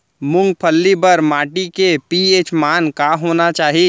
मूंगफली बर माटी के पी.एच मान का होना चाही?